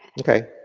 okay.